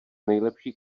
nejlepší